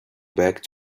back